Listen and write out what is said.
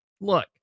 look